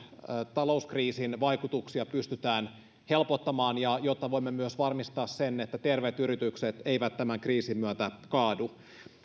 talouskriisin vaikutuksia pystytään helpottamaan ja jotta voimme myös varmistaa sen että terveet yritykset eivät tämän kriisin myötä kaadu